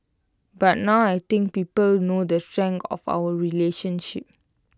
but now I think people know the strength of our relationship